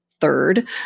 third